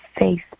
face